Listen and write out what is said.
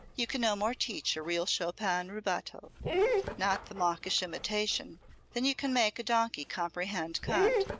you can no more teach a real chopin rubato not the mawkish imitation than you can make a donkey comprehend kant.